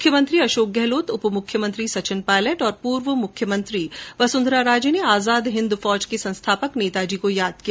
मुख्यमंत्री अशोक गहलोत उपमुख्यमंत्री सचिन पायलट और पूर्व मुख्यमंत्री वसुन्धरा राजे ने आजाद हिन्द फौज के संस्थापक नेताजी को याद किया